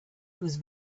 whose